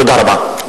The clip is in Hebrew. תודה רבה.